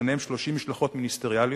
וביניהם 30 משלחות מיניסטריאליות.